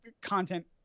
content